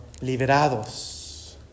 liberados